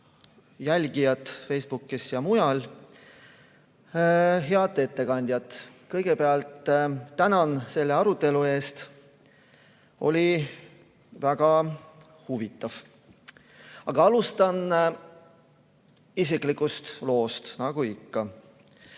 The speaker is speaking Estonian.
jälgijad Facebookis ja mujal! Head ettekandjad! Kõigepealt tänan selle arutelu eest, oli väga huvitav. Aga alustan isiklikust loost, nagu ikka.